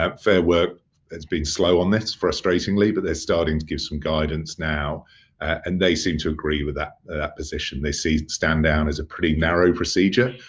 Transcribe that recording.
um fair work has been slow on this frustratingly, but they're starting to give some guidance now and they seem to agree with that position. they see stand down as a pretty narrow procedure.